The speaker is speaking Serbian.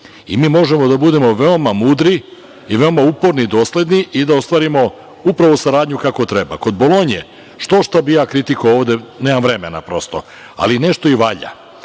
I mi možemo da budemo veoma mudri i veoma uporni i dosledni i da ostvarimo upravo saradnju kako treba. Kod Bolonje, štošta bih ja kritikovao ovde, ali nemam vremena. Ali, nešto i valja.